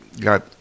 got